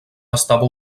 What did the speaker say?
estava